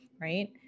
right